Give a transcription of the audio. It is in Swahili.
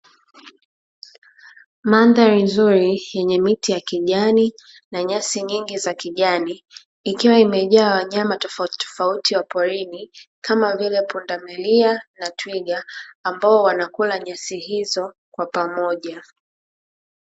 Mandhari nzuri yenye miti ya kijani na nyasi nyingi za kijani, ikiwa imejaa wanyama tofautitofauti wa porini kama vile pundamilia na twiga; ambao wanakula nyasi hizo kwa pamoja.